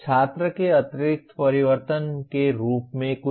छात्र के आंतरिक परिवर्तन के रूप में कुछ